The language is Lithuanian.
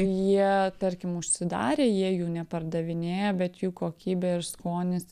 jie tarkim užsidarė jie jų nepardavinėja bet jų kokybė ir skonis